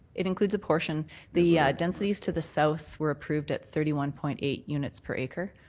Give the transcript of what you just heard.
it includes a portion the densities to the south were approved at thirty one point eight units per acre.